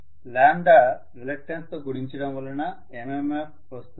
lambda reluctance తో గుణించడం వలన MMF వస్తుంది